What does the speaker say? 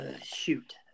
shoot